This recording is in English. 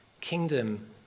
kingdom